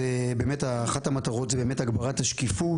באמת אחת המטרות היא באמת הגברת השקיפות,